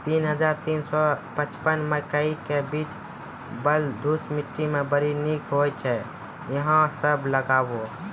तीन हज़ार तीन सौ पचपन मकई के बीज बलधुस मिट्टी मे बड़ी निक होई छै अहाँ सब लगाबु?